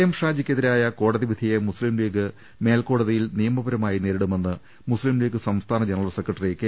M ഷാജിക്കെതിരായ കോടതിവിധിയെ മുസ്ലിംലീഗ് മേൽക്കോട തിയിൽ നിയമപരമായി നേരിടുമെന്ന് മുസ്ലിംലീഗ് സംസ്ഥാന ജനറൽ സെക്ര ട്ടറി കെ